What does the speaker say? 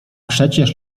przecież